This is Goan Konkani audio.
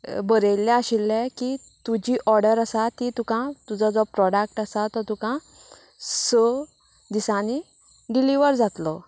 बरयल्लें आशिल्लें की तुजी ऑर्डर आसा ती तुका तुजो जो प्रोडक्ट आसा तो तुका स दिसांनी डिलिवर जातलो